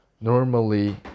Normally